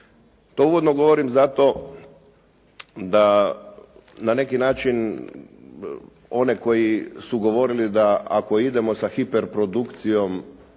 To uvodno govorim zato da na neki način one koji su govorili da ako idemo sa hiperprodukcijom